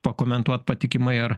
pakomentuot patikimai ar